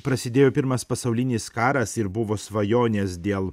prasidėjo pirmas pasaulinis karas ir buvo svajonės dėl